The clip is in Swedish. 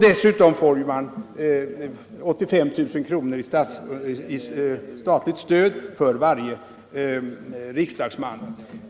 Dessutom får man 85 000 kronor i statligt stöd för varje riksdagsman.